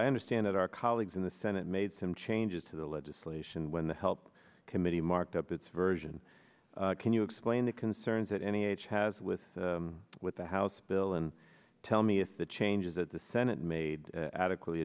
i understand that our colleagues in the senate made some changes to the legislation when the help committee marked up its version can you explain the concerns that any age has with with the house bill and tell me if the changes that the senate made adequately